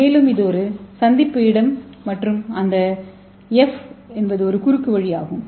மேலும் இது ஒரு சந்திப்பு இடம் மற்றும் இந்த f ஒரு குறுக்குவழி ஆகும்